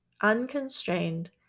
unconstrained